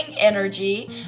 energy